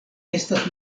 estas